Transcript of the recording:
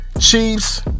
Chiefs